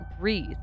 breathe